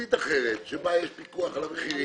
תוכנית אחרת שבה יש פיקוח על המחירים.